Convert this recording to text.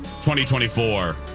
2024